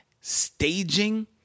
staging